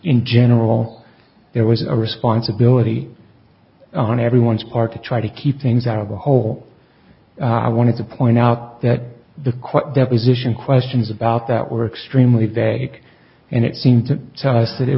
in general there was a responsibility on everyone's part to try to keep things out of the hole i wanted to point out that the quote deposition questions about that were extremely vague and it seemed to tell